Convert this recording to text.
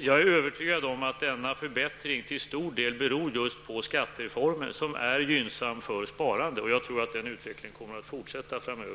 Jag är övertygad om att denna förbättring beror till stor del på just skattereformen, som är gynnsam för sparande. Jag tror att den utvecklingen kommer att fortsätta framöver.